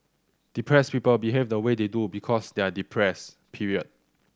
depressed people behave the way they do because they are depressed period